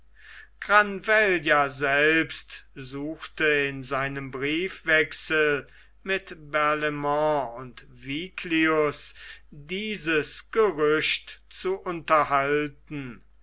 granvella selbst suchte in seinem briefwechsel mit barlaimont und viglius dieses gerücht zu unterhalten